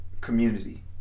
community